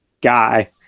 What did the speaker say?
guy